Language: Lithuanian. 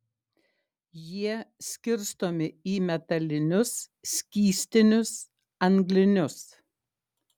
jie skirstomi į metalinius skystinius anglinius